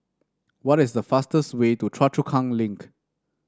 what is the fastest way to Choa Chu Kang Link